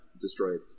destroyed